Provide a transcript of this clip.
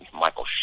Michael